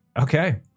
Okay